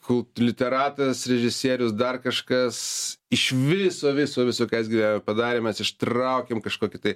kol literatas režisierius dar kažkas iš viso viso viso ką jis gyvenime padarė mes ištraukiam kažkokį tai